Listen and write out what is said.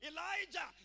Elijah